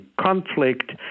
conflict